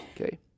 Okay